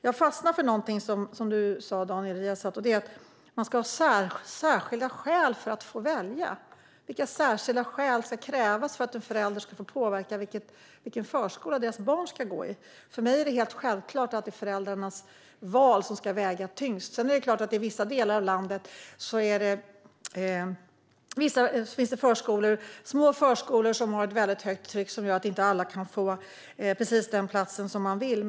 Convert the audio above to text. Jag fastnade för någonting som Daniel Riazat sa, nämligen att man ska ha särskilda skäl för att få välja. Vilka särskilda skäl ska krävas för att en förälder ska få påverka i vilken förskola deras barn ska gå? För mig är det självklart att det är föräldrarnas val som ska väga tyngst. I vissa delar av landet finns förstås små förskolor som har ett högt tryck, vilket gör att alla inte kan få precis den plats som man vill.